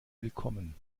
willkommen